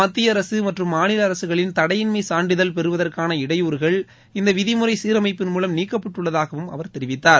மத்திய அரசு மற்றும் மாநில அரசுகளின் தடையின்மை சான்றிதழ் பெறுவதற்கான இடையூறுகள் இந்த விதிமுறை சீரமைப்பின் மூலம் நீக்கப்பட்டுள்ளதாகவும் அவர் தெரிவித்தார்